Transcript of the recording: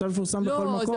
הצו יפורסם בכל מקום.